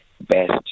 best